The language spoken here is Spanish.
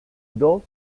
dos